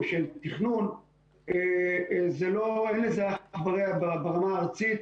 של תכנון אין לזה אח ורע ברמה הארצית.